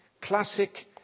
classic